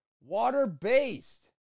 water-based